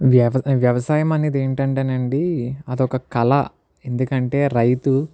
వ్యవ వ్యవసాయం అనేది ఏంటంటే నండీ అదొక కళ ఎందుకంటే రైతు